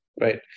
Right